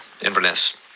Inverness